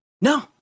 No